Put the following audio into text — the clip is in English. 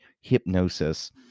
hypnosis